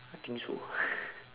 I think so